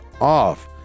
off